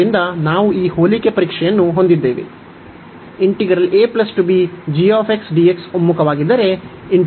ಆದ್ದರಿಂದ ನಾವು ಈ ಹೋಲಿಕೆ ಪರೀಕ್ಷೆಯನ್ನು ಹೊಂದಿದ್ದೇವೆ